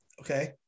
Okay